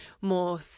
more